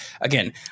again